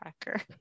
tracker